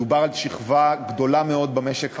מדובר על שכבה גדולה מאוד במשק הישראלי.